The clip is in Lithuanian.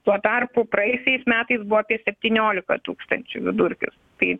tuo tarpu praėjusiais metais buvo apie septyniolika tūkstančių vidurkis tai